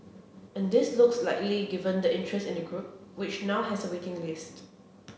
and this looks likely given the interest in the group which now has a waiting list